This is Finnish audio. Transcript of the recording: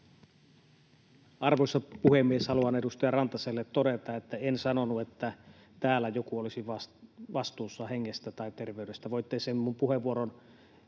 Arvoisa puhemies! Haluan edustaja Rantaselle todeta, että en sanonut, että täällä joku olisi vastuussa hengestä tai terveydestä. Voitte sen minun puheenvuoroni